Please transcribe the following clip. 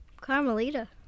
Carmelita